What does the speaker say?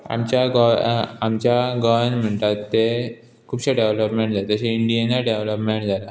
आमच्या गोंया आमच्या गोंयान म्हणटात ते खुबशे डेवलपमेंट जाता जशें इंडियेनय डेवलेपमेंट जाला